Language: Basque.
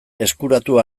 eskuratu